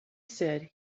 said